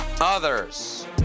others